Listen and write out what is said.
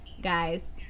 Guys